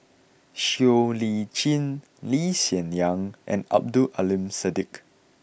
Siow Lee Chin Lee Hsien Yang and Abdul Aleem Siddique